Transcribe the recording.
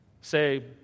say